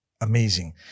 amazing